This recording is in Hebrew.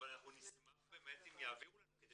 אבל אנחנו נשמח באמת אם יעבירו לנו כדי